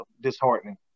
disheartening